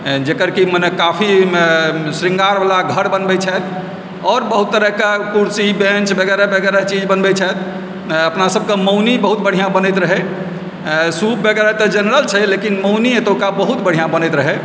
जकर कि मने काफी श्रृङ्गारवला घर बनबय छथि आओर बहुत तरहके कुर्सी बेन्च वगैरह वगैरह चीज बनबय छथि अपना सबके मौनी बहुत बढ़िआँ बनैत रहय सूप वगैरह तऽ जनरल छै लेकिन मौनी एतुका बहुत बढ़िआँ बनैत रहय